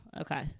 Okay